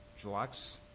drugs